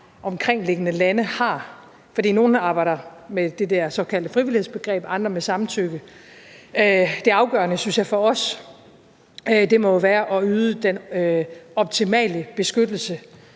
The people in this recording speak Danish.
omkringliggende lande har. For nogle arbejder med det der såkaldte frivillighedsbegreb, og andre med samtykke. Det afgørende for os synes jeg må være at yde den optimale beskyttelse